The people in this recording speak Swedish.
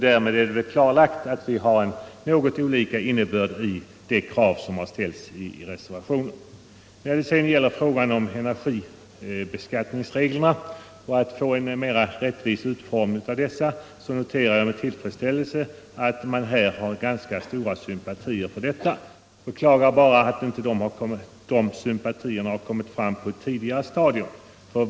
Därmed är det väl klarlagt att vi lägger in en något olika innebörd i det krav som ställs i reservationen. När det gäller en mera rättvis utformning av energibeskattningsreglerna noterar jag med tillfredsställelse att man här har ganska stora sympatier för en sådan. Jag beklagar bara att dessa sympatier inte har kommit fram på ett tidigare stadium.